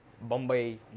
Bombay